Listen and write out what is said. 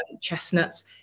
chestnuts